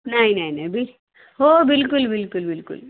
नाही नाही नाही बि हो बिलकुल बिलकुल बिलकुल